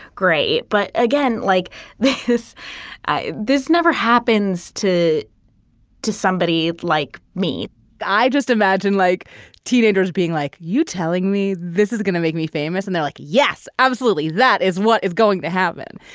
great. but again, like this this never happens to to somebody like me i just imagine, like teenagers being like you telling me this is going to make me famous. and they're like, yes, absolutely. that is what is going to happen.